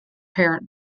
parent